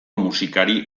musikari